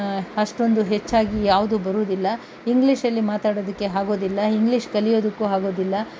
ಅಷ್ಟೊಂದು ಹೆಚ್ಚಾಗಿ ಯಾವುದು ಬರೋದಿಲ್ಲ ಇಂಗ್ಲೀಷಲ್ಲಿ ಮಾತಾಡೋದಕ್ಕೆ ಆಗೋದಿಲ್ಲ ಇಂಗ್ಲೀಷ್ ಕಲಿಯೋದಕ್ಕೂ ಆಗೋದಿಲ್ಲ